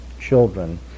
children